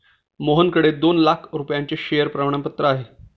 मोहनकडे दोन लाख रुपयांचे शेअर प्रमाणपत्र आहे